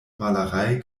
malerei